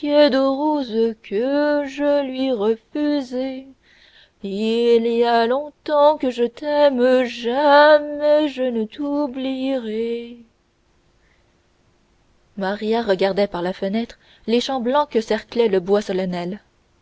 il y a longtemps que je t'aime jamais je ne t'oublierai maria regardait par la fenêtre les champs blancs que cerclait le bois solennel